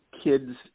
Kids